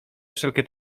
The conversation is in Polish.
wszelkie